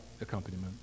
accompaniment